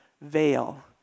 veil